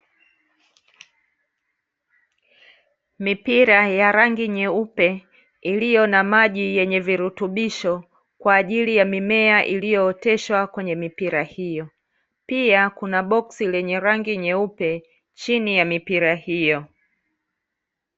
Mipira ya rangi nyeupe iliyo na maji yenye virutubisho kwa ajili ya mimea iliyooteshwa kwenye mipira hiyo, pia kuna boksi lenye rangi nyeupe chini ya mipira hiyo.